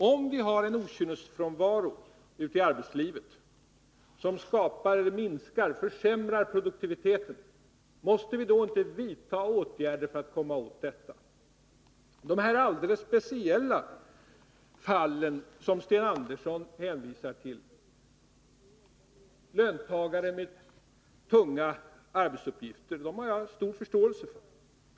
Om vi har en okynnesfrånvaro ute i arbetslivet som försämrar produktiviteten, måste vi då inte vidta åtgärder för att komma åt detta? Sten Andersson hänvisar till alldeles speciella fall, löntagare med tunga arbetsuppgifter, och jag har stor förståelse för dem.